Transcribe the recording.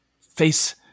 face